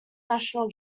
national